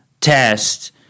test